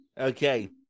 Okay